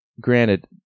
granted